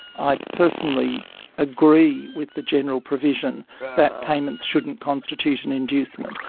i personally agree with the general provision that payments shouldn't constitute an inducement,